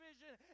vision